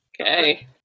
Okay